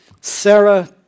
Sarah